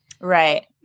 Right